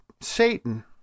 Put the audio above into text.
Satan